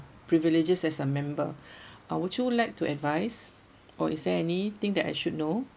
privileges as a member uh would you like to advise or is there any thing that I should know